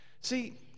See